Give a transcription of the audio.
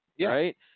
right